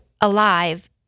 alive